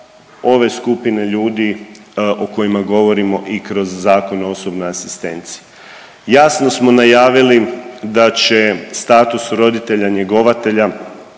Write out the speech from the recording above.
ove skupine ljudi o kojima govorimo i kroz Zakon o osobnoj asistenciji. Jasno smo najavili da će status roditelja-njegovatelja